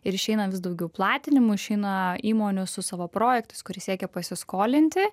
ir išeina vis daugiau platinimų išeina įmonių su savo projektais kurie siekia pasiskolinti